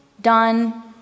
done